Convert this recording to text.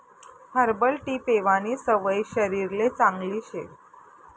herbal tea पेवानी सवय शरीरले चांगली शे